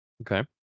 Okay